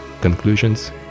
conclusions